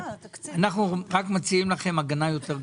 אנחנו רק מציעים לכם הגנה יותר גדולה.